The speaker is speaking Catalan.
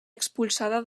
expulsada